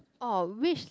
orh which